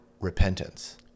repentance